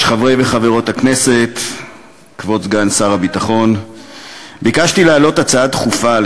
ועדת הכנסת חבר הכנסת ביטן למסור הודעה,